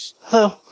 hello